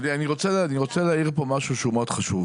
אני רוצה להעיר פה משהו שהוא מאוד חשוב.